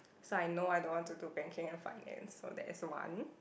so I know I don't want to do banking and finance so that's one